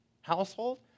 household